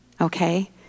okay